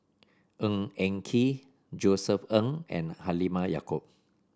Ng Eng Kee Josef Ng and Halimah Yacob